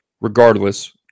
Regardless